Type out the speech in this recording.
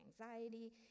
anxiety